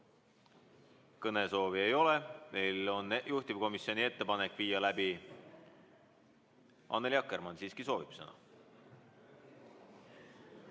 Kõnesoove ei ole. Meil on juhtivkomisjoni ettepanek viia läbi ... Annely Akkermann siiski soovib sõna.